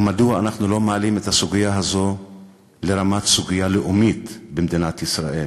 ומדוע אנחנו לא מעלים את הסוגיה הזאת לרמת סוגיה לאומית במדינת ישראל.